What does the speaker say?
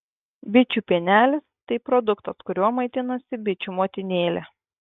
bičių pienelis tai produktas kuriuo maitinasi bičių motinėlė